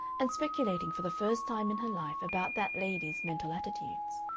and speculating for the first time in her life about that lady's mental attitudes.